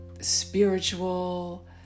spiritual